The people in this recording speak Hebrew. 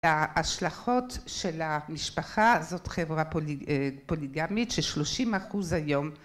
ההשלכות של המשפחה זאת חברה פוליגמית ש-30% היום